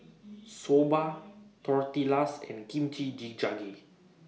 Soba Tortillas and Kimchi Jjigae